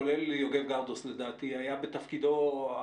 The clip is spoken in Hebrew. כולל יוגב גרדוס שלדעתי היה אז בתפקידו.